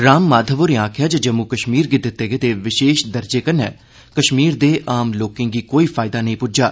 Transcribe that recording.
राममाधव होरें आक्खेया ऐ जे जम्मू कश्मीर गी दिते गेदे विशेष दर्जे कन्नै कश्मीर दे आम लोकें गी कोई फैयदा नेंई प्ज्जा